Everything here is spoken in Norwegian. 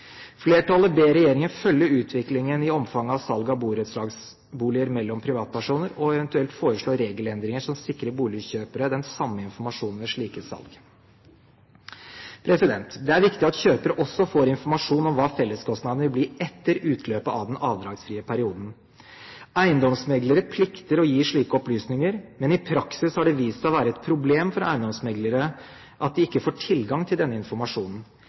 Flertallet ber regjeringen følge utviklingen i omfanget av salg av borettslagsboliger mellom privatpersoner og eventuelt foreslå regelendringer som sikrer boligkjøpere den samme informasjonen ved slike salg. Det er viktig at kjøpere også får informasjon om hva felleskostnadene vil bli etter utløpet av den avdragsfrie perioden. Eiendomsmeglere plikter å gi slike opplysninger, men i praksis har det vist seg å være et problem at eiendomsmeglerne ikke får tilgang til denne informasjonen.